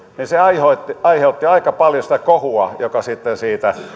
aiheutti aiheutti aika paljon sitä kohua joka sitten siitä